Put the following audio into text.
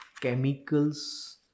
chemicals